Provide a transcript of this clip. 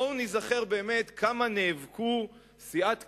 בואו ניזכר באמת כמה נאבקו סיעת קדימה,